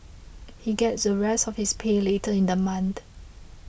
he gets the rest of his pay later in the month